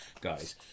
guys